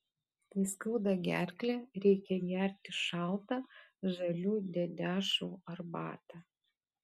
kai skauda gerklę reikia gerti šaltą žalių dedešvų arbatą